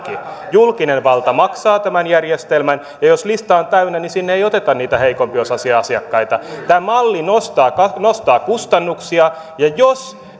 julkinen valta maksaa tämän järjestelmän jos lista on täynnä niin sinne ei oteta niitä heikompiosaisia asiakkaita tämä malli nostaa nostaa kustannuksia ja jos